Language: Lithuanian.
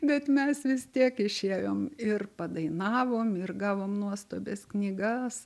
bet mes vis tiek išėjom ir padainavom ir gavom nuostabias knygas